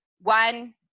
One